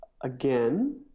again